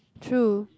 true